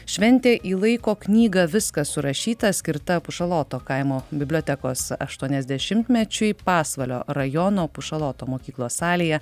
šventė į laiko knygą viskas surašyta skirta pušaloto kaimo bibliotekos aštuoniasdešimmečiui pasvalio rajono pušaloto mokyklos salėje